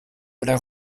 oder